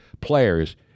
players